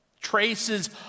Traces